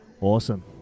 Awesome